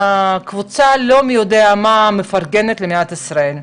קבוצה שלא מי יודע מה מפרגנת למדינת ישראל.